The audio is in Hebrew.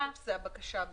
אלה כל טופסי הבקשה.